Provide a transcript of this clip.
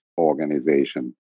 organization